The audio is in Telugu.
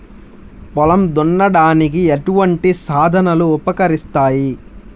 పొలం దున్నడానికి ఎటువంటి సాధనలు ఉపకరిస్తాయి?